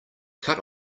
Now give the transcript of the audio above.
cut